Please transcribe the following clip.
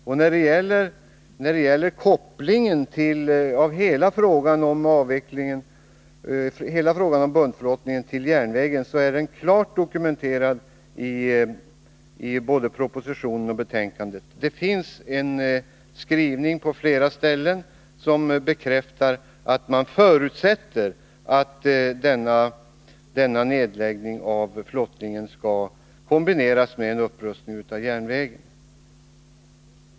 Och kopplingen mellan en avveckling av buntflottningen och överföring av transporterna till järnväg är klart dokumenterad i både proposition och betänkande. Det finns skrivningar på flera ställen som bekräftar att man förutsätter att en nedläggning av flottningen kombineras med en upprustning av järnvägen.